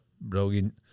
brilliant